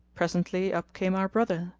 presently up came our brother,